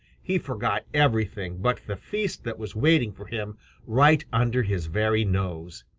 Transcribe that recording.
he forgot everything but the feast that was waiting for him right under his very nose.